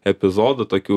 epizodų tokių